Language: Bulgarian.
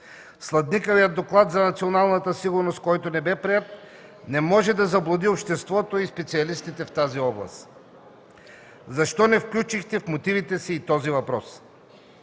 Сладникавият Доклад за националната сигурност, който не бе приет, не може да заблуди обществото и специалистите в тази област. Защо не включихте в мотивите си и този въпрос?